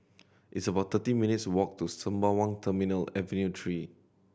it's about thirty minutes' walk to Sembawang Terminal Avenue Three